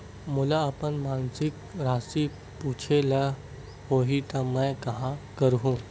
मोला अपन मासिक राशि पूछे ल होही त मैं का करहु?